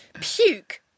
Puke